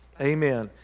amen